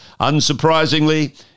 Unsurprisingly